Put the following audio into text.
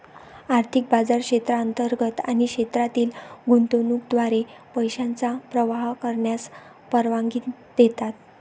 आर्थिक बाजार क्षेत्रांतर्गत आणि क्षेत्रातील गुंतवणुकीद्वारे पैशांचा प्रवाह करण्यास परवानगी देतात